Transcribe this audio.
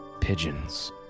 Pigeons